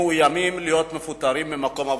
מאוימים להיות מפוטרים ממקום עבודתם.